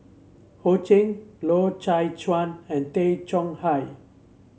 Ho Ching Loy Chye Chuan and Tay Chong Hai